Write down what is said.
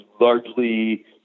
largely